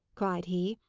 cried he,